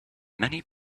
many